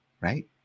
right